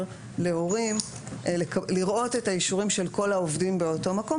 להורים לראות את האישורים של כל העובדים באותו מקום,